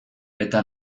eta